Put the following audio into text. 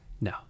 no